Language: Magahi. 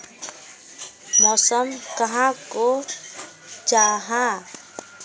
मौसम कहाक को जाहा?